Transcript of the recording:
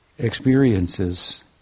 Experiences